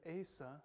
Asa